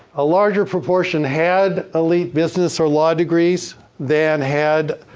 a larger proportion had elite business or law degrees than had